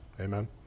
Amen